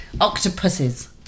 octopuses